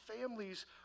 families